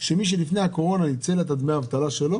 שמי שלפני הקורונה ניצל את דמי האבטלה שלו